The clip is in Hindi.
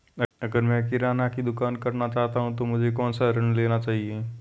अगर मैं किराना की दुकान करना चाहता हूं तो मुझे कौनसा ऋण लेना चाहिए?